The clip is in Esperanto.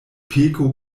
peko